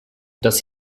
dass